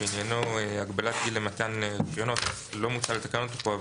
שעניינו הגבלת גיל למתן רישיונות - לא מוצע לתקן אותו פה,